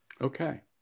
Okay